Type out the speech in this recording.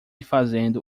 fazendo